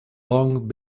long